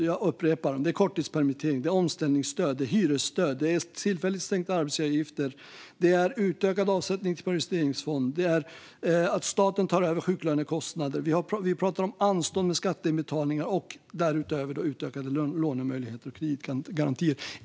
Jag upprepar dem: korttidspermittering, omställningsstöd, hyresstöd, tillfälligt sänkta arbetsgivaravgifter, utökad avsättning för periodiseringsfond, staten tar över sjuklönekostnader och anstånd med skatteinbetalningar. Därutöver finns utökade lånemöjligheter och kreditgarantier.